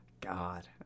god